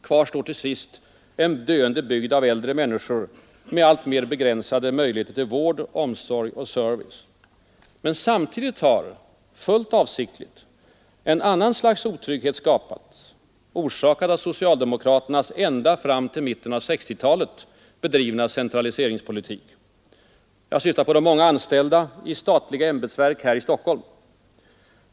Kvar står till sist en döende bygd av äldre människor med alltmer begränsade möjligheter till vård, omsorg och service. Men samtidigt har — fullt avsiktligt — ett annat slags otrygghet skapats, orsakad av socialdemokraternas ända fram till mitten av 1960-talet bedrivna centraliseringspolitik. Jag syftar på de många anställda i statliga ämbetsverk i Stockholm.